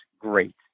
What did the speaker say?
great